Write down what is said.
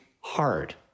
hard